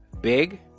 big